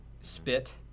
spit